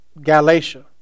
Galatia